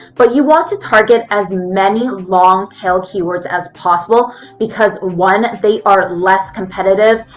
but you want to target as many long tail keywords as possible because one, they are less competitive,